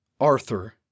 Arthur